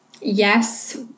yes